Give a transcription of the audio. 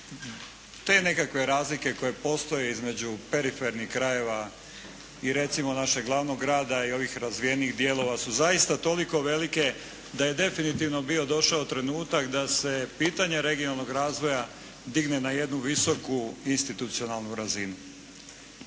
te nekakve razlike koje postoje između perifernih krajeva i recimo našeg glavnog grada i ovih razvijenijih dijelova su zaista toliko velike da je definitivno bio došao trenutak da se pitanje regionalnog razvoja digne na jednu visoku institucionalnu razinu.